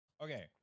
okay